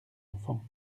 enfant